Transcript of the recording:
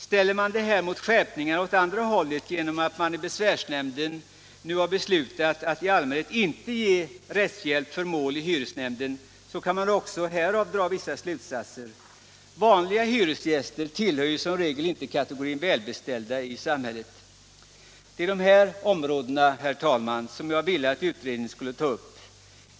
Ställer man detta mot skärpningen åt andra hållet genom att man i besvärsnämnden nu beslutat att i allmänhet inte ge rättshjälp för mål i hyresnämnden, så kan man också härav dra vissa slutsatser. Vanliga hyresgäster tillhör ju som regel inte kategorin välbeställda i samhället. Det är dessa områden, herr talman, som jag ville att utredningen skulle ta upp.